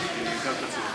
אדוני היושב-ראש, שאלה.